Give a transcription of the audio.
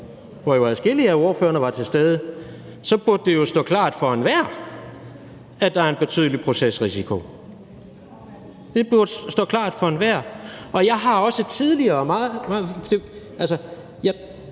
hvor jo adskillige af ordførerne var til stede, så burde det stå klart for enhver, at der er en betydelig procesrisiko – det burde stå klart for enhver. Jeg har jo selv igennem de